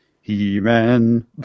He-Man